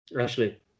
Ashley